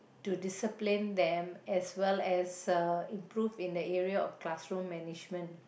to discipline them as well as uh improve in the area of classroom management